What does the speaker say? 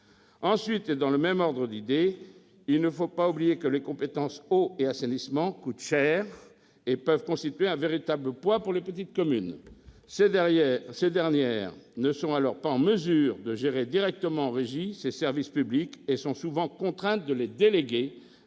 dernier. Dans le même ordre d'idées, il ne faut pas oublier que l'exercice des compétences « eau » et « assainissement » coûte cher et peut constituer un véritable poids pour les petites communes. Ces dernières ne sont alors pas en mesure de gérer directement en régie ces services publics et sont souvent contraintes de les déléguer